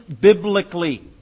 biblically